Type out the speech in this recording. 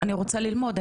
אני רוצה ללמוד,